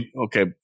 okay